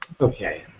Okay